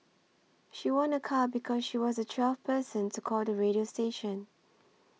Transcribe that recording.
she won a car because she was the twelfth person to call the radio station